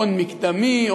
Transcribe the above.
הון מקדמי,